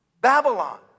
Babylon